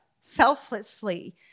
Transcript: selflessly